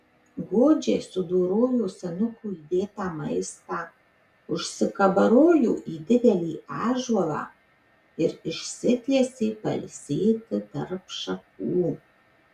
godžiai sudorojo senuko įdėtą maistą užsikabarojo į didelį ąžuolą ir išsitiesė pailsėti tarp šakų